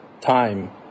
time